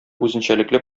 үзенчәлекле